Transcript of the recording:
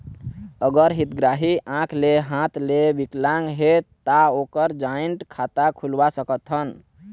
अगर हितग्राही आंख ले हाथ ले विकलांग हे ता ओकर जॉइंट खाता खुलवा सकथन?